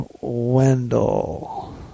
Wendell